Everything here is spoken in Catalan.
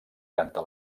canta